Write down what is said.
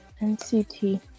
NCT